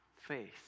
faith